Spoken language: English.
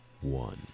one